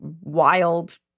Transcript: wild